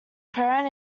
perrin